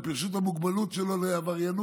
הם פירשו את המוגבלות שלו כעבריינות,